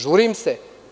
Žuri im se.